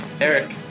Eric